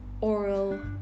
oral